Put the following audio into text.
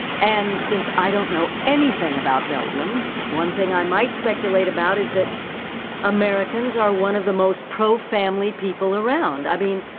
and since i don't know anything about belgium, one thing i might speculate about is that americans are one of the most pro-family people around. i mean,